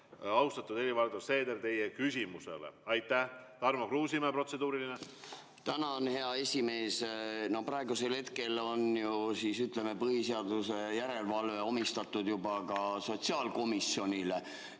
austatud Helir‑Valdor Seeder, teie küsimusele. Aitäh! Tarmo Kruusimäe, protseduuriline. Tänan, hea esimees! Praegusel hetkel on põhiseaduse järelevalve omistatud juba ka sotsiaalkomisjonile.